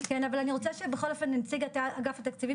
שלנו.